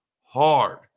Hard